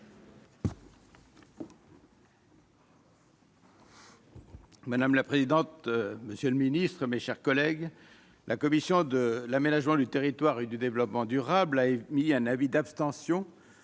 Madame la présidente, monsieur le Ministre, mes chers collègues, la commission de l'aménagement du territoire et du développement durable, a émis un avis d'abstention